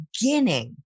beginning